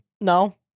No